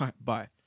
Bye